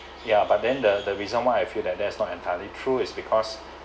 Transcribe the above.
ya but then the the reason why I feel that that's not entirely true is because